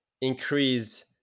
increase